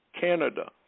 Canada